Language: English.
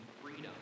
freedom